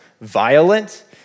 violent